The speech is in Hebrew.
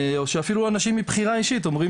ואפילו אנשים מבחירה אישית אומרים